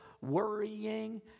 worrying